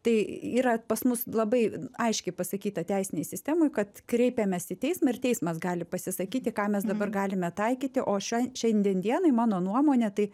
tai yra pas mus labai aiškiai pasakyta teisinėj sistemoj kad kreipėmės į teismą ir teismas gali pasisakyti ką mes dabar galime taikyti o šio šiandien dienai mano nuomone tai